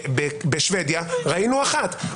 בשוודיה ראינו אחת.